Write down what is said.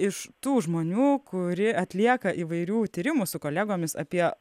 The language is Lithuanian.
iš tų žmonių kuri atlieka įvairių tyrimų su kolegomis apie